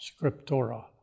scriptura